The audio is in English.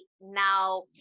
now